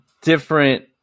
different